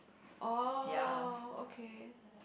orh okay